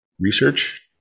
research